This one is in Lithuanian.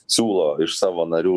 siūlo iš savo narių